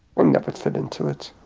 um never fit into it,